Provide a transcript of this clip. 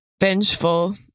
vengeful